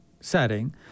setting